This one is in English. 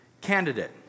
candidate